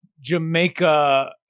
Jamaica